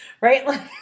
Right